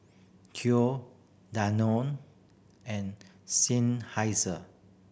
Danone and